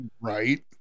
Right